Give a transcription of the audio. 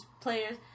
players